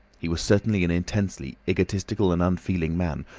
he was certainly an intensely egotistical and unfeeling man,